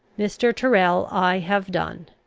mr. tyrrel, i have done.